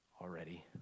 already